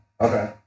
Okay